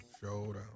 Showdown